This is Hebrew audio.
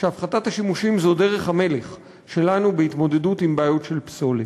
שהפחתת השימושים זו דרך המלך שלנו בהתמודדות עם בעיות של פסולת.